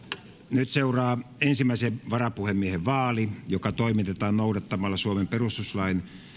nyt seuraa ensimmäisen varapuhemiehen vaali joka toimitetaan noudattamalla suomen perustuslain